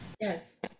yes